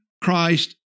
Christ